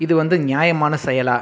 இது வந்து நியாயமான செயலா